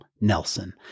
Nelson